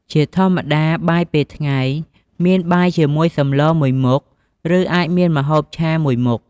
ជាធម្មតាបាយពេលថ្ងៃ មានបាយជាមួយសម្លរមួយមុខ ឬ អាចមានម្ហូបឆាមួយមុខ។